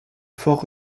fort